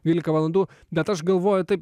dvylika valandų bet aš galvoju taip